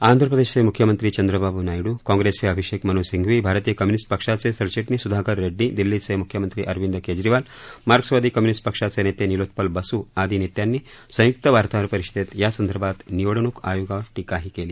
आंधप्रदेशचे मुख्यमंत्री चंद्रबाब् नायड़ काँग्रसेचे अभिषेक मन् सिंघवी भारतीय कम्युनीस्ट पक्षाचे सरचिटणीस सुधाकर रेडुडी दिल्लीचे मुख्यमंत्री अरविंद केजरीवाल मार्क्सवादी कम्युनीस्ट पक्षाचे नेते निलोत्पल बसू आदी नेत्यांनी संयुक्त वार्ताहर परिषदेत या संदर्भात निवडणूक आयोगावर टीकाही केली